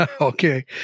Okay